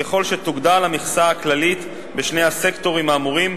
ככל שתוגדל המכסה הכללית בשני הסקטורים האמורים,